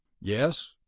Yes